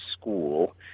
school